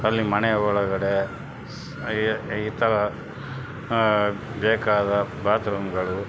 ಅಲ್ಲಿ ಮನೆಯ ಒಳಗಡೆ ಈ ಇತರ ಬೇಕಾದ ಬಾತ್ರೂಮುಗಳು